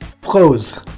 Pros